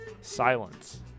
Silence